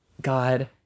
god